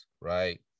right